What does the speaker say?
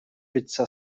pizza